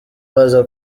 baza